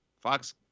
Fox